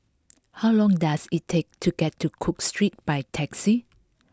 how long does it take to get to Cook Street by taxi